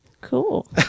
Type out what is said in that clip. Cool